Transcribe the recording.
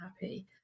happy